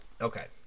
okay